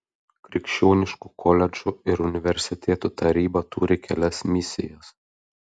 krikščioniškų koledžų ir universitetų taryba turi kelias misijas